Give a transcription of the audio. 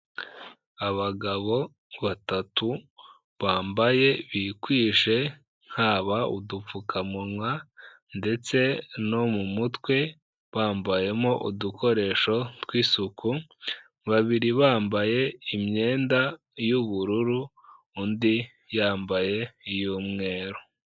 Abagabo batatu bambaye bikwije haba udupfukamunwa ndetse no mu mutwe, bambayemo udukoresho tw'isuku, babiri bambaye imyenda y'ubururu, undi yambaye iy'umweru.